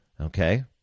Okay